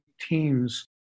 teams